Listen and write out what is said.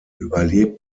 überlebt